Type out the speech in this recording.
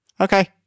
Okay